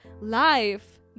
life